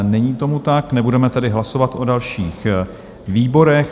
Není tomu tak, nebudeme tedy hlasovat o dalším výborech.